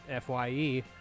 FYE